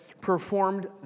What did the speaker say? performed